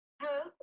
hello